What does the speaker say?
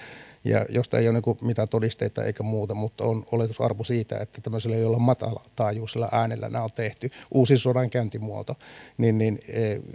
ja joista ei ole mitään todisteita eikä muuta mutta on oletusarvo siitä että jollain tämmöisellä matalataajuisella äänellä nämä on tehty uusi sodankäyntimuoto